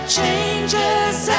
changes